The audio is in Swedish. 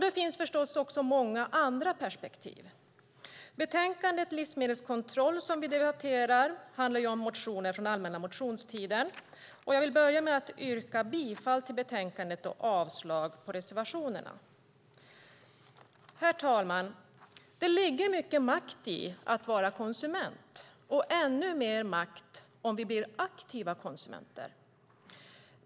Det finns förstås också många andra perspektiv. Betänkandet vi debatterar, Livsmedelskontroll , handlar om motioner från allmänna motionstiden. Jag vill börja med att yrka bifall till förslaget i betänkandet och avslag på reservationerna. Herr talman! Det ligger mycket makt i att vara konsument och ännu mer makt om vi blir aktiva konsumenter.